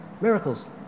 Miracles